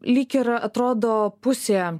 lyg ir atrodo pusė